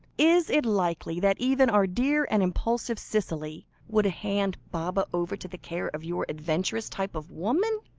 is it likely that even our dear and impulsive cicely, would hand baba over to the care of your adventuress type of woman?